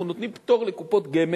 אנחנו נותנים פטור לקופות גמל,